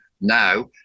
now